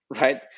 right